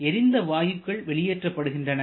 எரிந்த வாயுக்கள் வெளியேற்றப்படுகின்றன